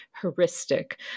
heuristic